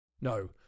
No